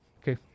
okay